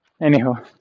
anyhow